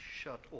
shut